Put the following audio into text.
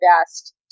best